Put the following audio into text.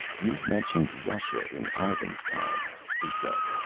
you mentioned russia in ivan's time, he said.